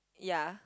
ya